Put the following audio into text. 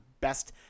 best